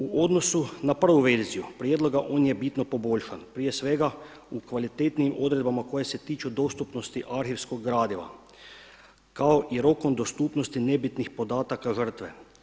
U odnosu na prvu verziju prijedloga on je bitno poboljšan, prije svega u kvalitetnijim odredbama koje se tiču dostupnosti arhivskog gradiva, kao i rokom dostupnosti nebitnih podataka žrtve.